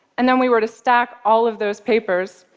and then we were to stack all of those papers,